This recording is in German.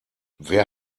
wer